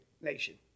nation